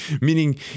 meaning